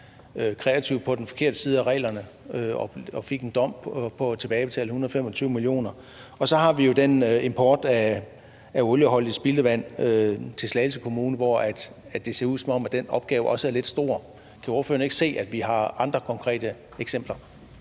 kreativ på den forkerte side af reglerne og fik en dom, hvor han skulle tilbagebetale 125 mio. kr. Og så har vi jo den import af olieholdigt spildevand til Slagelse Kommune, hvor det ser ud, som om den opgave også er lidt stor. Kan ordføreren ikke se, at vi har andre konkrete eksempler?